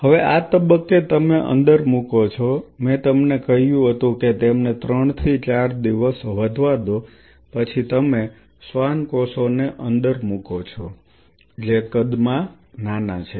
હવે આ તબક્કે તમે અંદર મુકો છો મેં તમને કહ્યું હતું કે તેમને 3 થી 4 દિવસ વધવા દો પછી તમે શ્વાન કોષો ને અંદર મુકો છો જે કદમાં નાના છે